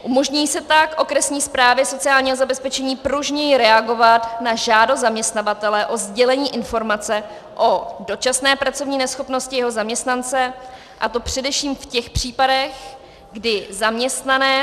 Umožní se tak okresní správě sociálního zabezpečení pružněji reagovat na žádost zaměstnavatele o sdělení informace o dočasné pracovní neschopnosti jeho zaměstnance, a to především v těch případech, kdy zaměstnanec